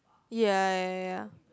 ya ya ya